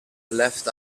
left